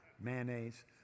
mayonnaise